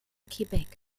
quebec